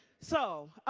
so